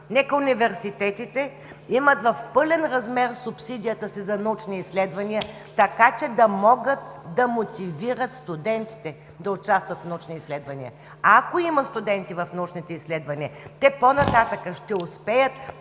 Нека университетите имат в пълен размер субсидията си за научни изследвания, така че да могат да мотивират студентите да участват в научни изследвания. Ако има студенти в научните изследвания, те по-нататък ще успеят